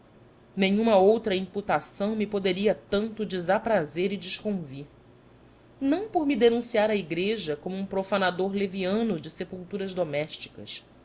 nenhuma outra imputação me poderia tanto desaprazer e desconvir não por me denunciar à igreja como um profanador leviano de sepulturas domésticas